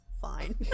fine